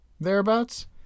thereabouts